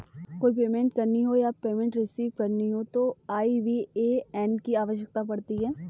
कोई पेमेंट करनी हो या पेमेंट रिसीव करनी हो तो आई.बी.ए.एन की आवश्यकता पड़ती है